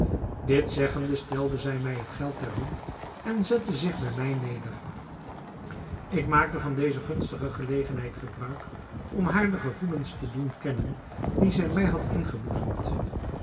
dit zeggende stelde zij mij het geld ter hand en zette zich bij mij neder ik maakte van deze gunstige gelegenheid gebruik om haar de gevoelens te doen kennen die zij mij had